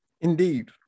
indeed